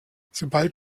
sobald